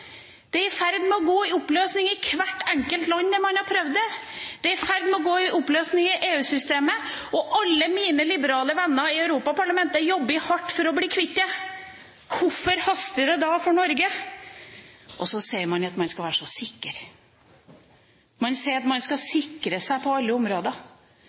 Det er i ferd med å gå i oppløsning i hvert enkelt land der man har prøvd det. Det er i ferd med å gå i oppløsning i EU-systemet, og alle mine liberale venner i Europaparlamentet jobber hardt for å bli kvitt det. Hvorfor haster det da for Norge? Så sier man at man skal være så sikker. Man sier at man skal sikre seg på alle områder.